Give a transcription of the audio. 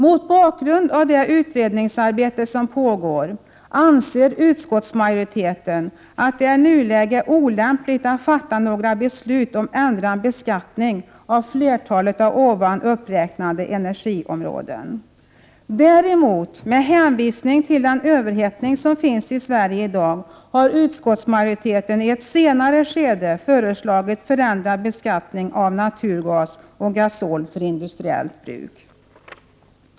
Mot bakgrund av det utredningsarbete som pågår anser utskottsmajoriteten att det i nuläget är olämpligt att fatta några beslut om ändrad beskattning av flertalet av ovan uppräknade energiområden. Med hänvisning till den överhettning som finns i Sverige i dag har utskottsmajoriteten däremot i ett senare skede föreslagit förändrad beskattning av naturgas och gasol för industriellt bruk.